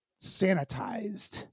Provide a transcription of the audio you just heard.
sanitized